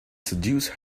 seduce